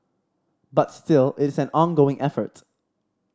but still is an ongoing effort